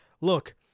Look